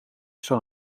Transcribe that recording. zat